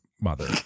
mother